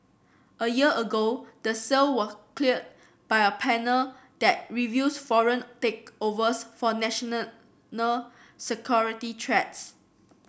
a year ago the sale were cleared by a panel that reviews foreign takeovers for national security threats